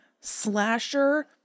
slasher